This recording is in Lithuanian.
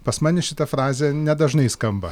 pas mane šita frazė nedažnai skamba